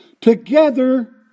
Together